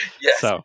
Yes